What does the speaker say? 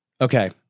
okay